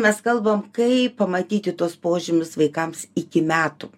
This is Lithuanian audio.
mes kalbam kaip pamatyti tuos požymius vaikams iki metų